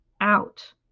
out